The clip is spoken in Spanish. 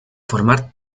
formar